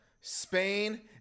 Spain